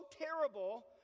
terrible